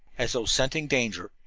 as though scenting danger,